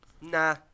nah